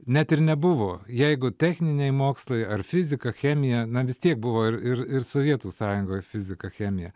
net ir nebuvo jeigu techniniai mokslai ar fizika chemija na vis tiek buvo ir ir ir sovietų sąjungoj fizika chemija